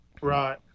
Right